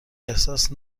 احساس